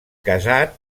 casat